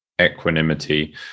equanimity